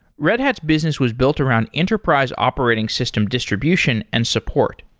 red hat's business was built around enterprise operating system distribution and support.